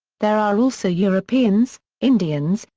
there are also europeans, indians,